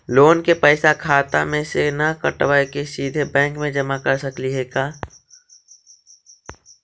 Loan के पैसा खाता मे से न कटवा के सिधे बैंक में जमा कर सकली हे का?